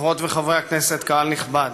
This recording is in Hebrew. חברות וחברי הכנסת, קהל נכבד,